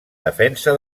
defensa